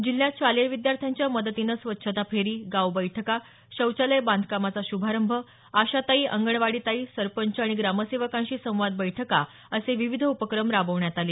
जिल्ह्यात शालेय विद्यार्थ्यांच्या मदतीनं स्वच्छता फेरी गाव बैठका शौचालय बांधकामाचा श्रभारंभ आशाताई अंगणवाडीताई सरपंच आणि ग्रामसेवकांशी संवाद बैठका असे विविध उपक्रम राबवण्यात आले